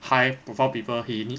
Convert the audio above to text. high profile people he need